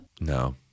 No